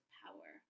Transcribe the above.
power